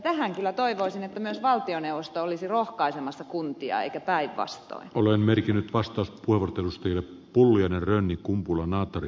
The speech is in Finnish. tähän kyllä toivoisin että myös valtioneuvosto olisi rohkaisemassa kuntia ikä tai vasta olen merkinnyt vastaus puhuttelusta ja pulliainen rynni kumpula natri